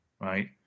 right